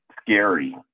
scary